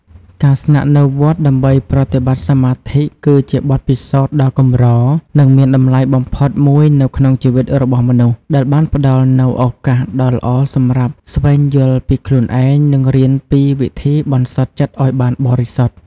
ការស្នាក់នៅវត្តដើម្បីប្រតិបត្តិសមាធិគឺជាបទពិសោធន៍ដ៏កម្រនិងមានតម្លៃបំផុតមួយនៅក្នុងជីវិតរបស់មនុស្ស ដែលបានផ្តល់នូវឱកាសដ៏ល្អសម្រាប់ស្វែងយល់ពីខ្លួនឯង និងរៀនពីវិធីបន្សុទ្ធចិត្តឱ្យបានបរិសុទ្ធ។